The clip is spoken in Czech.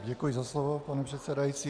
Děkuji za slovo, pane předsedající.